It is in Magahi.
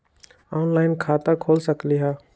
ऑनलाइन खाता खोल सकलीह?